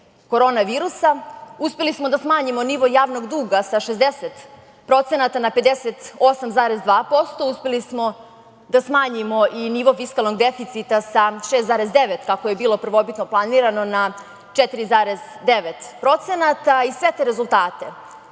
korona virusa, uspeli smo da smanjimo nivo javnog duga sa 60% na 58,2%. Uspeli smo da smanjimo i nivo fiskalnog deficita sa 6,9, kako je bilo prvobitno planirano, na 4,9% i sve te rezultate,